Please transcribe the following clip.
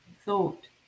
thought